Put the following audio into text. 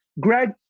Greg